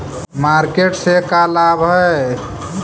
Market से का लाभ है?